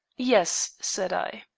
yes, said i.